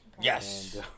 Yes